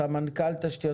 סמנכ"ל תשתיות,